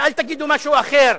ואל תגידו משהו אחר,